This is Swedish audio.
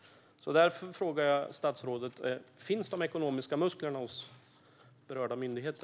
Därför frågar jag statsrådet: Finns de ekonomiska musklerna hos berörda myndigheter?